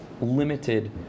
limited